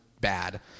bad